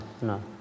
no